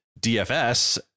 DFS